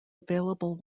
available